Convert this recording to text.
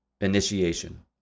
initiation